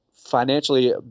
Financially